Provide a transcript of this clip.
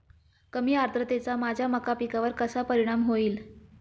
कमी आर्द्रतेचा माझ्या मका पिकावर कसा परिणाम होईल?